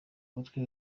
mutwe